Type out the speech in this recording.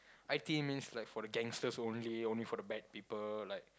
I_T_E means like for the gangsters only only for the bad people like